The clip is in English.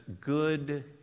good